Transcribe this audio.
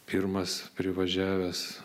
pirmas privažiavęs